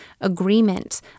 agreement